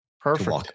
Perfect